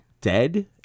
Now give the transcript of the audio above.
dead